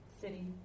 city